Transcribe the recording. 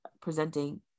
presenting